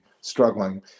struggling